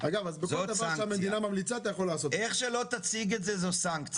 אגב --- איך שלא תציג זאת, זאת סנקציה.